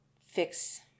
fix